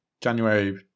January